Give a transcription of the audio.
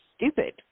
stupid